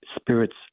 spirits